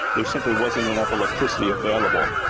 they simply wasn't enough electricity available.